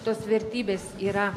tos vertybės yra